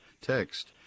text